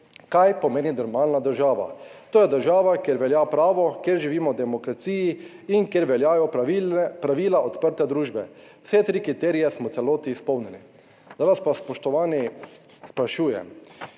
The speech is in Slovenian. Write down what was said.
Kaj pomeni normalna država? To je država, kjer velja pravo, kjer živimo v demokraciji in kjer veljajo pravila odprte družbe. Vse tri kriterije smo v celoti izpolnili. Zdaj vas pa, spoštovani, sprašujem